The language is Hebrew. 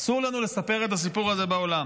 אסור לנו לספר את הסיפור הזה בעולם.